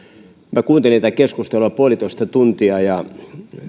minä kuuntelin tätä keskustelua yksi pilkku viisi tuntia ja